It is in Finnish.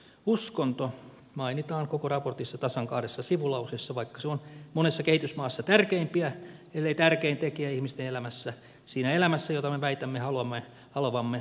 uskonto mainitaan koko raportissa tasan kahdessa sivulauseessa vaikka se on monessa kehitysmaassa tärkeimpiä ellei tärkein tekijä ihmisten elämässä siinä elämässä jota me väitämme haluavamme parantaa